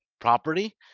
property